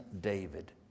David